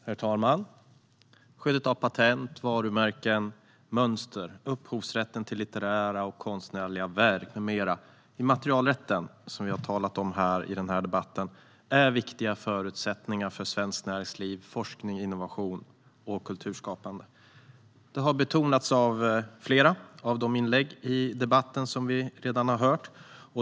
Herr talman! Skyddet av patent, varumärken, mönster, upphovsrätten till litterära och konstnärliga verk med mera, alltså immaterialrätten som vi har talat om i den här debatten, är en viktig förutsättning för svenskt näringsliv, forskning och innovation och kulturskapande. Det har betonats i flera av de inlägg i debatten som vi redan har hört.